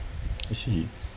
I see